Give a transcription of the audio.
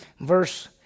verse